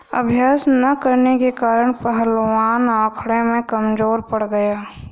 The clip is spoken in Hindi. अभ्यास न करने के कारण पहलवान अखाड़े में कमजोर पड़ गया